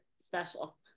special